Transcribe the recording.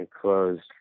closed